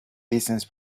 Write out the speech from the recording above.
business